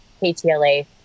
ktla